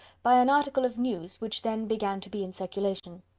by an article of news which then began to be in circulation.